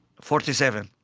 forty-seven.